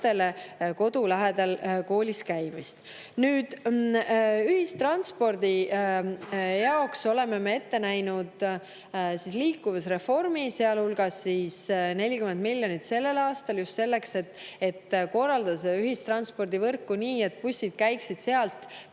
kodu lähedal koolis käimist. Ühistranspordi jaoks oleme me ette näinud liikuvusreformi, sealhulgas 40 miljonit sellel aastal, just selleks, et korraldada ühistranspordivõrku nii, et bussid käiksid seal,